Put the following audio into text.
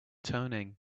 toning